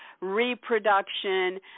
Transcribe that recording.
reproduction